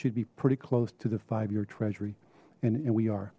should be pretty close to the five year treasury and and we are